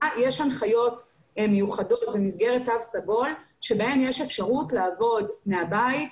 יש הנחיות מיוחדות במסגרת תו סגול שבהן יש אפשרות לעבוד מהבית,